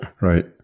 Right